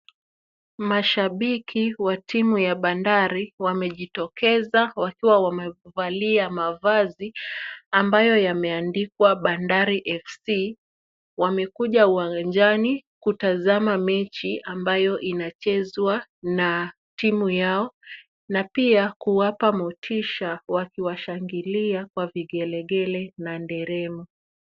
Mashabiki wa timu ya Bandari wamejitokeza, wakiwa wamevalia mavazi ambayo yameandikwa "Bandari F.C." Wamekuja uwanjani kutazama mechi ambayo inachezwa na timu yao, na pia kuwapa motisha wakiwashangilia kwa vigelegele na nderemo.